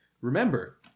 Remember